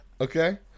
Okay